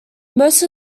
most